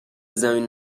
زمین